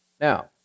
Now